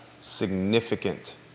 significant